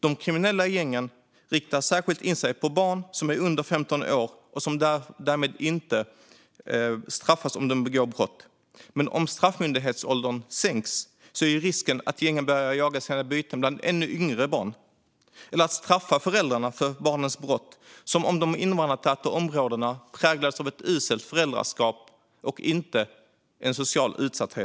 De kriminella gängen riktar särskilt in sig på barn som är under 15 år och som därmed inte straffas om de begår brott. Men om straffmyndighetsåldern sänks är risken att gängen börjar jaga sina byten bland ännu yngre barn. Ett tredje exempel är detta att straffa föräldrarna för barnens brott, som om de invandrartäta områdena präglades av uselt föräldraskap och inte av en social utsatthet.